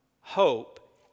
hope